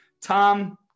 tom